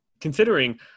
Considering